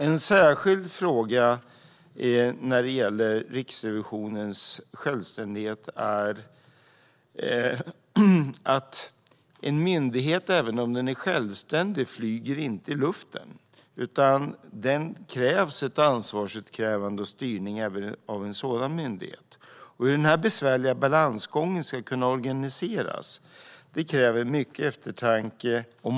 En särskild fråga vad gäller Riksrevisionens självständighet är att en myndighet även om den är självständig inte flyger i luften. Det krävs ett ansvarsutkrävande och styrning även av en sådan myndighet. Hur denna besvärliga balansgång ska kunna organiseras kräver mycket eftertanke.